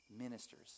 ministers